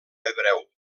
hebreu